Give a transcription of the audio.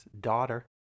daughter